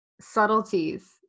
subtleties